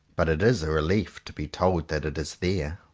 but it is a relief to be told that it is there.